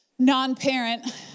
non-parent